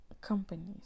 Companies